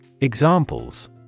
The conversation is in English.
Examples